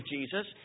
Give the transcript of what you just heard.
Jesus